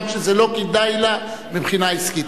גם כשזה לא כדאי לה מבחינה עסקית.